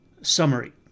Summary